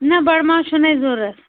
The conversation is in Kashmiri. نہ بڑٕ ماز چھُ نہٕ اسہِ ضروٗرت